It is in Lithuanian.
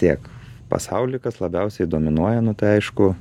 tiek pasauly kas labiausiai dominuoja nu tai aišku